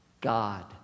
God